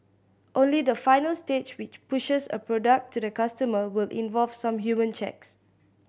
only the final stage which pushes a product to the customer will involve some human checks